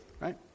right